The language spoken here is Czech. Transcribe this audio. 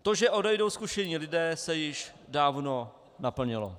To, že odejdou zkušení lidé, se již dávno naplnilo.